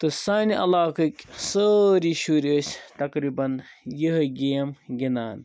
تہٕ سانہِ عَلاقٕکۍ سٲری شُرۍ ٲسۍ تقریبًا یہٲے گیم گِنٛدان